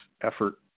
effort